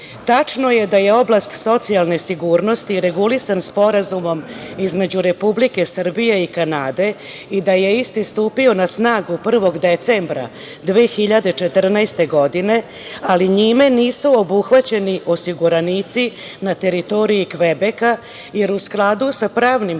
Tačno je da je oblast socijalne sigurnosti i regulisan sporazumom između Republike Srbije i Kanade i da je isti stupio na snagu 1. decembra 2014. godine, ali njime nisu obuhvaćeni osiguranici na teritoriji Kvebeka jer u skladu sa pravnim